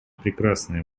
прекрасное